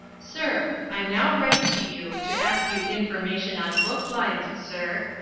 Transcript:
sir i now write to you to ask you information on book lines sir.